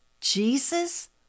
Jesus